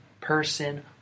person